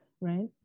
right